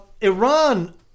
Iran